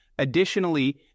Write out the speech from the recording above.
Additionally